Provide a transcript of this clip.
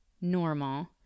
normal